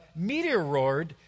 meteoroid